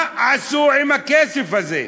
מה עשו עם הכסף הזה?